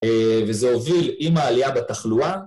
וזה הוביל עם העלייה בתחלואה.